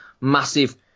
massive